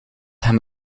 hem